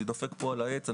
אני דופק פה על העץ,